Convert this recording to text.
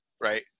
Right